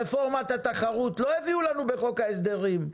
רפורמת התחרות, לא הביאו לנו בחוק ההסדרים,